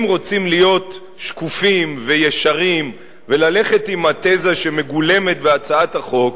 אם רוצים להיות שקופים וישרים וללכת עם התזה שמגולמת בהצעת החוק,